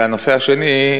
והנושא השני,